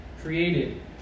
created